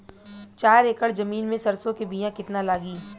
चार एकड़ जमीन में सरसों के बीया कितना लागी?